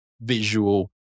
visual